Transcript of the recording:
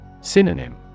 Synonym